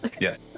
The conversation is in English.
Yes